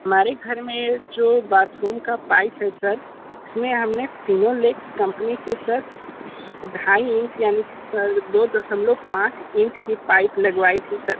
हमारे घर में जो बाथरूम का पाइप है सर उस में हमने फिनोलेक्स कंपनी के सर ढाई इंच यानि दो दशमलव पांच इंच की पाइप लगवाई थीं सर